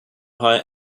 hire